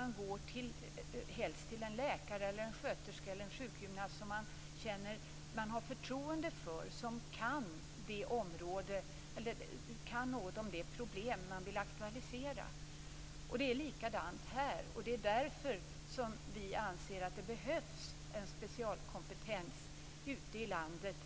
Man går helst till en läkare, en sköterska eller en sjukgymnast som man känner förtroende för och som kan något om det problem som man vill aktualisera. Det är likadant i det här fallet. Därför anser vi att det behövs en specialkompetens ute i landet